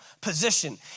position